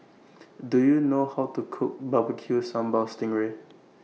Do YOU know How to Cook Barbecue Sambal Sting Ray